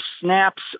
snaps